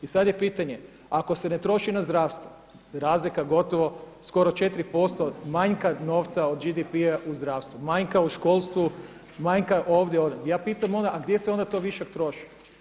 I sada je pitanje, ako se ne troši na zdravstvo razlika gotovo skoro 4% manjka novca od GDP-a u zdravstvu, manjka u školstvu, manjka ovdje, ondje, ja pitam onda a gdje se to onda višak troši?